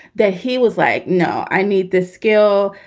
there he was like, no, i need this skill.